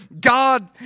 God